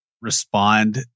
respond